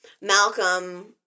Malcolm